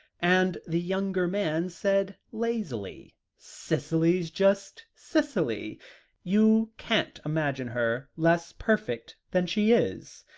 and the younger man said lazily cicely's just cicely you can't imagine her less perfect than she is,